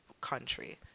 country